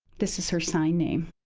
this is her sign name.